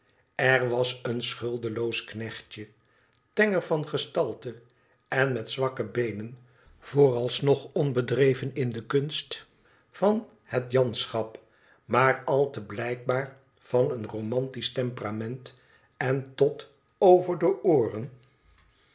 r was een schuldeloos knechtje tenger van gestalte en met zwakke beenen vooralsnog onbedreven in de kunst van het janschap maaralte blijkbaar van een romantisch temperament en tot over de ooren